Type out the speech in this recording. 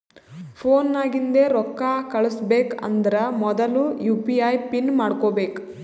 phone ನಾಗಿಂದೆ ರೊಕ್ಕಾ ಕಳುಸ್ಬೇಕ್ ಅಂದರ್ ಮೊದುಲ ಯು ಪಿ ಐ ಪಿನ್ ಮಾಡ್ಕೋಬೇಕ್